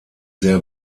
sehr